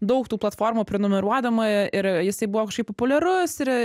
daug tų platformų prenumeruodama ir jisai buvo kažkaip populiarus ir